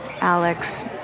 Alex